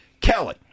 Kelly